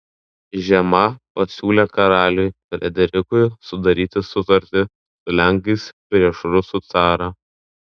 žema pasiūlė karaliui frederikui sudaryti sutartį su lenkais prieš rusų carą